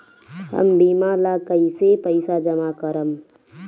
हम बीमा ला कईसे पईसा जमा करम?